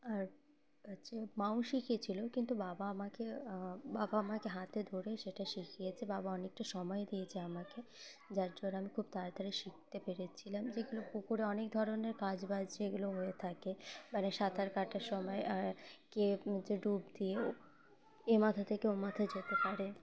আর হচ্ছে মাও শিখিয়েছিলো কিন্তু বাবা আমাকে বাবা আমাকে হাতে ধরে সেটা শিখিয়েছে বাবা অনেকটা সময় দিয়েছে আমাকে যার জন্য আমি খুব তাড়াতাড়ি শিখতে পেরেছিলাম যেগুলো পুকুরে অনেক ধরনের কাজ বাজ যেগুলো হয়ে থাকে মানে সাঁতার কাটার সময় কে যে ডুব দিয়ে এ মাথা থেকে ও মাথা যেতে পারে